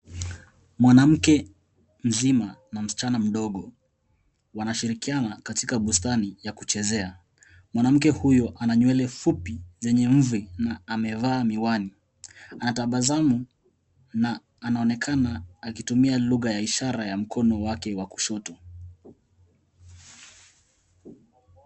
Mwanamkevmzma na msichana mdogo. wanashirikiana katika bustani ya kuchezea. Mwanamke huyo ana nywele fupi zenye mvi na amevaa miwani. Ametabasamu na anaonekana akitumia lugha ya ishara ya mikono wake wa kushoto.